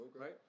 right